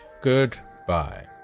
Goodbye